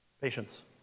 Patience